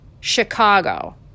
Chicago